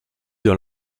dans